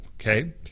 okay